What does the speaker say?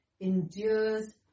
endures